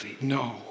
No